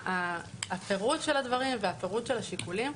הפירוט של הדברים והפירוט של השיקולים,